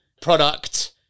product